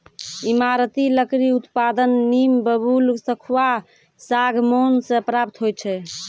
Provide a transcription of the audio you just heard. ईमारती लकड़ी उत्पादन नीम, बबूल, सखुआ, सागमान से प्राप्त होय छै